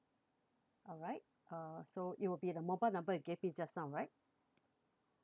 alright uh so it will be the mobile number you gave me just now right